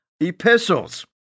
Epistles